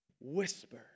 whisper